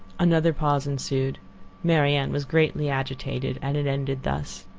another pause ensued marianne was greatly agitated, and it ended thus.